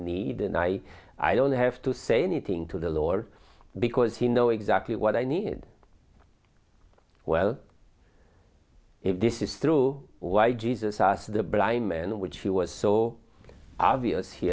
need and i i don't have to say anything to the lord because he know exactly what i need well if this is true why jesus asked the blind man which he was so obvious he